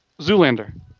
Zoolander